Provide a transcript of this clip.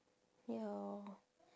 ya